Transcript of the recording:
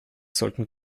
sollten